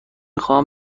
خواهم